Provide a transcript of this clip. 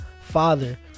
father